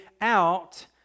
out